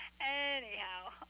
Anyhow